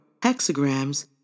hexagrams